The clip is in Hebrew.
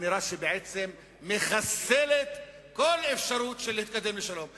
אמירה שמחסלת כל אפשרות להתקדם לשלום.